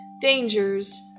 dangers